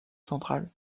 central